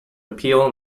appeal